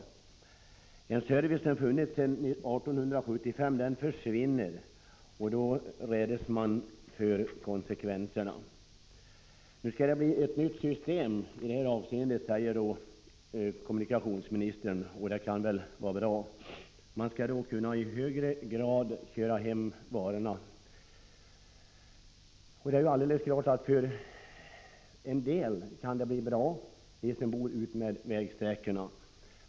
När en service som har funnits sedan 1875 försvinner, då räds man för konsekvenserna. Nu skall det bli ett nytt system, säger kommunikationsministern. Det kan väl vara bra. Man skall i högre grad kunna köra hem varorna. Det är klart att detta för en del kan bli bra — för dem som bor utmed vägsträckorna.